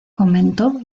comentó